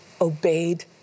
obeyed